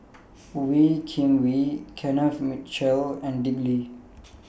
Wee Kim Wee Kenneth Mitchell and Dick Lee